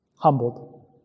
Humbled